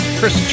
Chris